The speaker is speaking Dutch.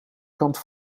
kant